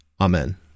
Amen